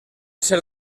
ser